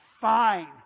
Fine